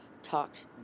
talked